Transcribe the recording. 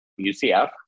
UCF